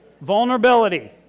Vulnerability